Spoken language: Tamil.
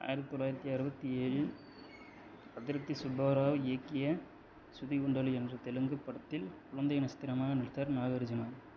ஆயிரத்தி தொள்ளாயிரத்தி அறுபத்தி ஏழில் அதுர்தி சுப்பாராவ் இயக்கிய சுதிகுண்டலு என்ற தெலுங்கு படத்தில் குழந்தை நட்சத்திரமாக நடித்தார் நாகார்ஜுனா